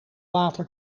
water